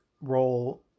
role